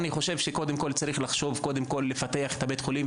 אני חושב שצריך קודם כל לחשוב איך לפתח את בית החולים,